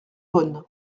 bonne